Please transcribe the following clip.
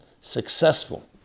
successful